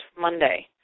Monday